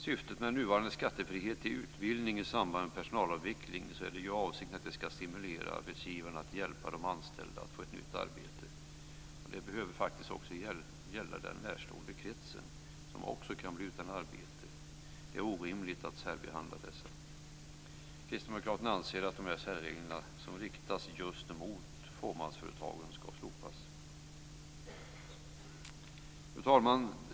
Syftet med nuvarande skattefrihet för utbildning i samband med personalavveckling är att stimulera arbetsgivarna att hjälpa de anställda att få nytt arbete. Det behöver också gälla den närstående kretsen som också kan bli utan arbete. Det är orimligt att särbehandla dessa. Kristdemokraterna anser att de här särreglerna, som riktas just mot fåmansföretagen, ska slopas. Fru talman!